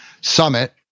Summit